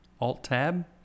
Alt-tab